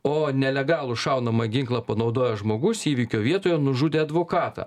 o nelegalų šaunamą ginklą panaudojęs žmogus įvykio vietoje nužudė advokatą